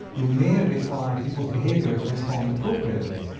you may require people's behaviour to respond appropriately.